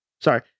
sorry